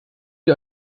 wie